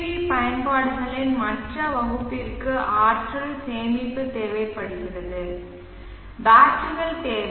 we பயன்பாடுகளின் மற்ற வகுப்பிற்கு ஆற்றல் சேமிப்பு தேவைப்படுகிறது பேட்டரிகள் தேவை